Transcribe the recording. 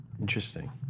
Interesting